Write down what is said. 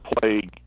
play